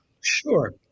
Sure